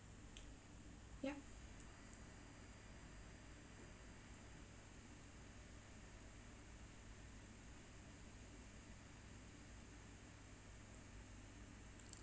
yup